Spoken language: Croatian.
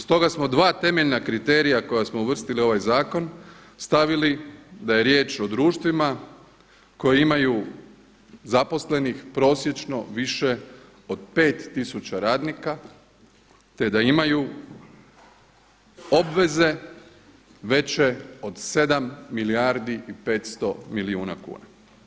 Stoga smo dva temeljna kriterija koja smo uvrstili u ovaj zakon stavili da je riječ o društvima koji imaju zaposlenih prosječno više od pet tisuća radnika, te da imaju obveze veće od sedam milijardi i 500 milijuna kuna.